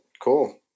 Cool